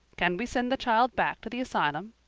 can we send the child back to the asylum?